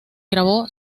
grabó